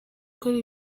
ukora